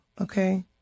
Okay